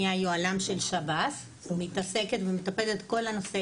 אני היוהל”ם של שב"ס ומתעסקת ומטפלת בכל הנושא